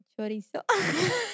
Chorizo